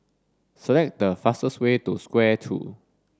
select the fastest way to Square two